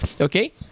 okay